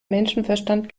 menschenverstand